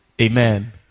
Amen